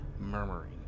murmuring